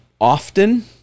often